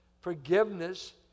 forgiveness